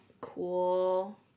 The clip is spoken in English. Cool